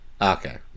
Okay